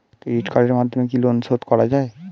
Credit কার্ডের মাধ্যমে কি লোন শোধ করা যায়?